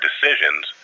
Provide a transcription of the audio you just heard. decisions